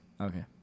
okay